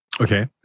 Okay